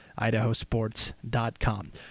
idahosports.com